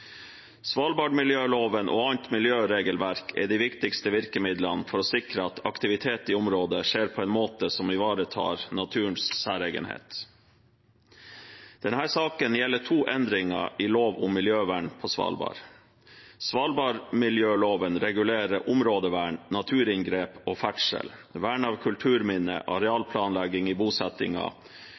Svalbardmiljøloven og annet miljøregelverk er de viktigste virkemidlene for å sikre at aktivitet i området skjer på en måte som ivaretar naturens særegenhet. Denne saken gjelder to endringer i lov om miljøvern på Svalbard. Svalbardmiljøloven regulerer områdevern, naturinngrep og ferdsel, vern av kulturminne, arealplanlegging i